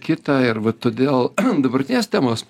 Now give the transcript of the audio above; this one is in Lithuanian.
kitą ir va todėl dabartinės temos